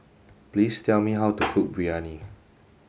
please tell me how to cook Biryani